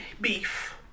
beef